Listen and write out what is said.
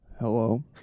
hello